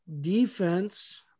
Defense